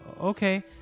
okay